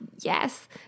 yes